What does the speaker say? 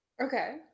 Okay